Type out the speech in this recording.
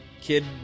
kid